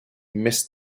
missed